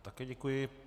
Také děkuji.